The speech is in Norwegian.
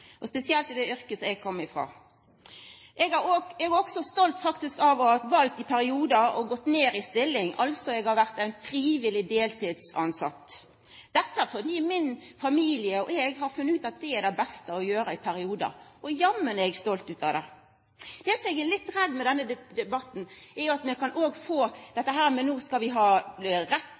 og spesielt i det yrket eg kjem ifrå. Eg er også stolt av i periodar å ha valt å gå ned i stilling. Eg har vore ein frivillig deltidstilsett, dette fordi min familie og eg har funne ut at det var det beste å gjera i periodar – og jammen er eg stolt av det. Det som eg er litt redd for med denne debatten, er at no som vi skal ha rett